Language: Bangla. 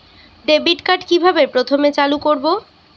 ডেবিটকার্ড কিভাবে প্রথমে চালু করব?